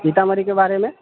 सीतामढ़ी के बारे मे